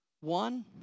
One